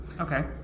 Okay